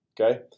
Okay